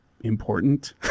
important